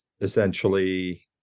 essentially